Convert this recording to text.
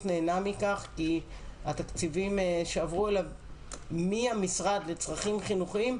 נהנה מכך כי התקציבים שעברו אליו מהמשרד לצרכים חינוכיים,